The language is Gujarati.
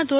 ના ધો